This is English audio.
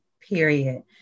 period